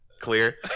clear